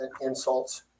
insults